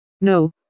No